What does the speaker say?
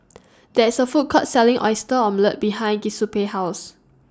There IS A Food Court Selling Oyster Omelette behind Giuseppe's House